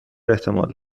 احتمال